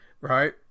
right